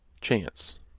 chance